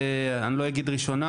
אני לא אגיד ראשונה,